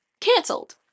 Cancelled